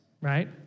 right